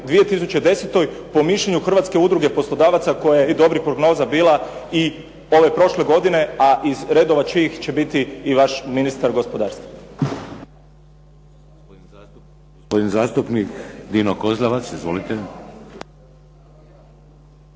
2010. po mišljenju Hrvatske udruge poslodavaca koja je i dobrih prognoza bila i ove prošle godine, a iz redova čijih će biti i vaš ministar gospodarstva.